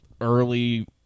Early